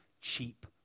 cheap